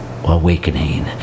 awakening